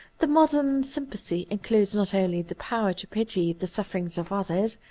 the modern sympathy includes not only the power to pity the sufferings of others,